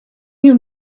you